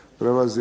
Hvala vam.